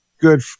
Good